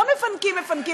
לא מפנקים, מפנקים,